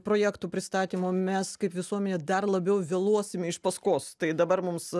projektų pristatymo mes kaip visuomenė dar labiau vėluosime iš paskos tai dabar mums